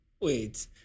Wait